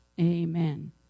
amen